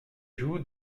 joues